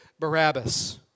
Barabbas